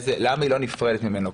ולמה היא כבר לא נפרדת ממנו.